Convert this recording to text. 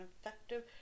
effective